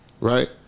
Right